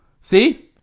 See